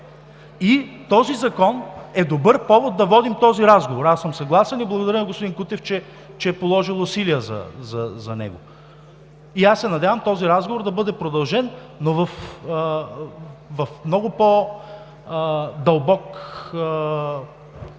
и този закон е добър повод да водим този разговор. Аз съм съгласен и благодаря на господин Кутев, че е положил усилия за него. Аз се надявам този разговор да бъде продължен, но в много по-дълбок